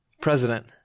president